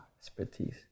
expertise